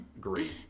great